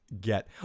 get